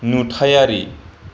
नुथायारि